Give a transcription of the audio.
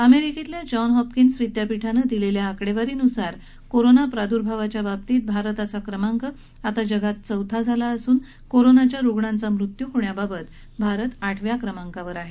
अमेरिकेतल्या John Hopkins विद्यापीठानं दिलेल्या आकडेवारीनुसार कोरोना प्रार्द्भावाच्या बाबतीत भारताचा क्रमांक आता जगात चौथा झाला असून कोरोनाच्या रुग्णांचा मृत्यू होण्याबाबत भारत आठव्या क्रमांकावर आहे